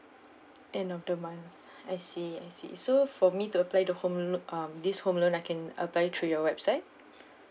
end of the month I see I see so for me to apply the home loan um this home loan I can apply through your website